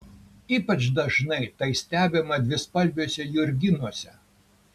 ypač dažnai tai stebima dvispalviuose jurginuose